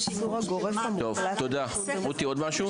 טוב תודה, רותי עוד משהו?